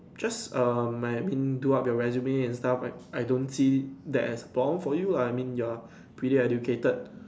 just um my I mean do up your resume and stuff I I don't see that as a problem for you lah I mean you're pretty educated